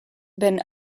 been